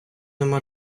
нема